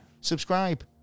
Subscribe